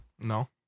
No